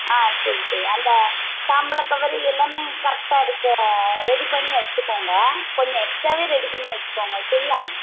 ஆ சரி சரி அந்த தாம்பூல கவரு எல்லாமே கரெக்டாக இருக்கா ரெடி பண்ணி வச்சிக்கோங்க கொஞ்சம் எக்ஸ்ட்டாவே ரெடி பண்ணி வச்சிக்கோங்க சரியா